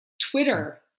Twitter